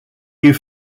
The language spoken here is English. you